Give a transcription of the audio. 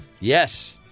Yes